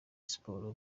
siporo